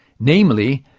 namely,